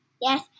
Yes